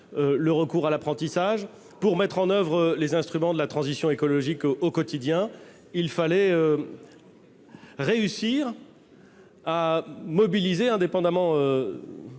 le recours à l'apprentissage, pour mettre en oeuvre les instruments de la transition écologique au quotidien, il fallait, indépendamment